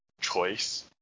choice